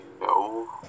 no